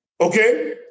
Okay